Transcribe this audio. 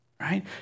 right